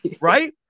right